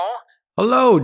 Hello